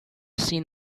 seen